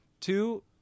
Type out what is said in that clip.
two